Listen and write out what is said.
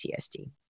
PTSD